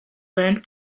learned